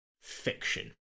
fiction